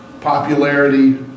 popularity